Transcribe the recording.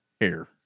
hair